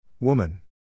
Woman